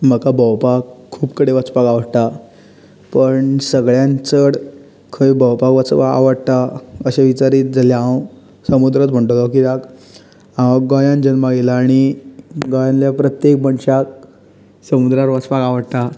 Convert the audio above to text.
म्हाका भोंवपाक खूब कडेन वचपाक आवडटा पण सगळ्यांत चड खंय भोंवपाक वचूंक आवडटा अशें विचारीत जाल्यार हांव समुद्रच म्हणटलो कित्याक हांव गोंयांत जल्माक येयला आनी गोंयांतल्या प्रत्येक मनशाक समुद्रार वचपाक आवडटा